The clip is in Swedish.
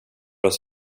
oss